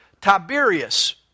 Tiberius